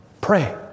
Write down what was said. Pray